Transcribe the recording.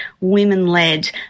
women-led